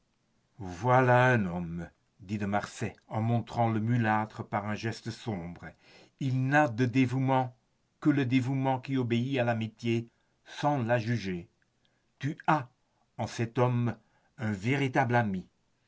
voilà un homme dit de marsay en montrant le mulâtre par un geste sombre il n'y a de dévouement que le dévouement qui obéit à l'amitié sans la juger tu as en cet homme un véritable ami